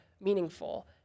meaningful